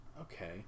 Okay